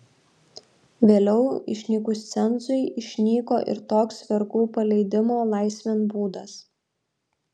vėliau išnykus cenzui išnyko ir toks vergų paleidimo laisvėn būdas